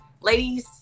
Ladies